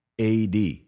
ad